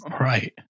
Right